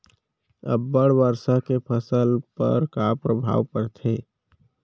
अब्बड़ वर्षा के फसल पर का प्रभाव परथे?